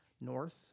North